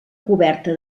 coberta